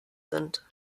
sind